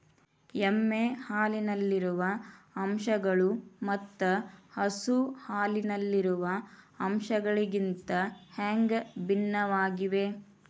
ಎಮ್ಮೆ ಹಾಲಿನಲ್ಲಿರುವ ಅಂಶಗಳು ಮತ್ತ ಹಸು ಹಾಲಿನಲ್ಲಿರುವ ಅಂಶಗಳಿಗಿಂತ ಹ್ಯಾಂಗ ಭಿನ್ನವಾಗಿವೆ?